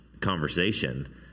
conversation